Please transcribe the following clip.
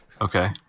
Okay